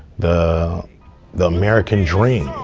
the the american dream.